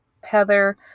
Heather